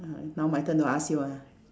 ah now my turn to ask you ah